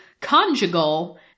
conjugal